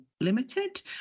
limited